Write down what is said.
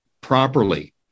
properly